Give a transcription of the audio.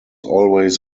always